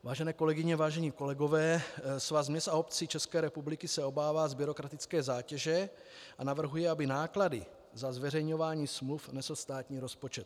Vážené kolegyně, vážení kolegové, Svaz měst a obcí České republiky se obává byrokratické zátěže a navrhuje, aby náklady na zveřejňování smluv nesl státní rozpočet.